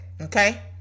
Okay